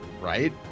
Right